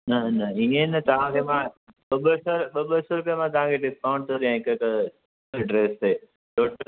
न न इहे न तव्हांखे मां ॿ ॿ सौ ॿ ॿ सौ रुपया मां तव्हांखे डिस्काउंट थो ॾियां हिक हिक ड्रेस ते टोटल